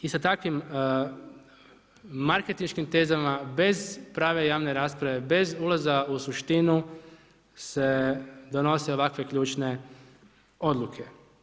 I sa takvim marketinškim tezama bez prave javne rasprave, bez ulaza u suštinu se donose ovakve ključne odluke.